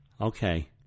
Okay